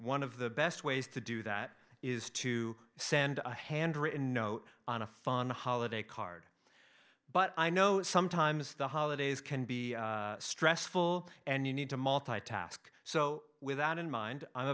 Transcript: one of the best ways to do that is to send a handwritten note on a fun holiday card but i know sometimes the holidays can be stressful and you need to multi task so with that in mind i'm